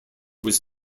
was